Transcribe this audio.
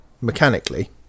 mechanically